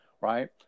right